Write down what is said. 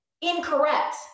incorrect